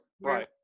Right